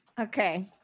okay